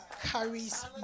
carries